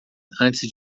antes